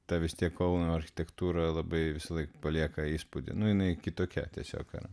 ta vis tiek kauno architektūra labai visąlaik palieka įspūdį nu jinai kitokia tiesiog jo